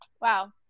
Wow